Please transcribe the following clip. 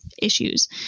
issues